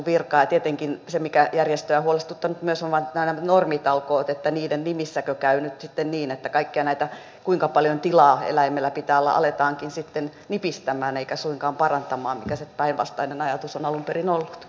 ja tietenkin se mikä järjestöjä on huolestuttanut myös on nämä normitalkoot että niiden nimissäkö käy sitten niin että kaikkia näitä kuinka paljon tilaa eläimellä pitää olla aletaankin nipistämään eikä suinkaan parantamaan mikä se päinvastainen ajatus on alun perin ollut